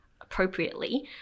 appropriately